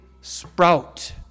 sprout